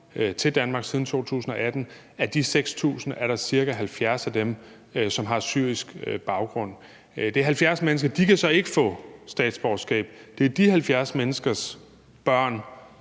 til Danmark siden 2018. Af de 6.000 er der ca. 70, som har syrisk baggrund. Det er 70 mennesker, og de kan så ikke få statsborgerskab, men det er de 70 menneskers børn,